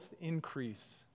increase